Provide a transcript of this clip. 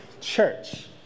Church